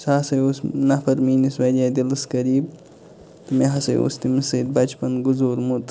سُہ ہسا اوس نَفَر میٲنِس دِلَس واریاہ قریٖب مےٚ ہسا اوس تٔمِس سۭتۍ بَچپَن گُزورمُت